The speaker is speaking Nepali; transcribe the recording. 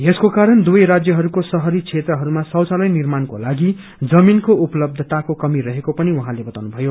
यसको कारण दुवै राज्यहरूको शहरी क्षेत्रहरूमा शौचालय निर्माणको लागि जमीनको उपलब्यताको कमी रहेको पनि उहाँले बताउनुभयो